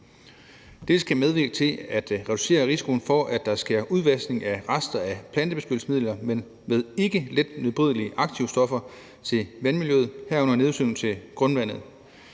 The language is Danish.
Det skal medvirke til at reducere risikoen for, at der sker en udvaskning med rester fra plantebeskyttelsesmidler med ikke let nedbrydelige aktivstoffer til vandmiljøet, herunder nedsivning til grundvandet.